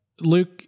Luke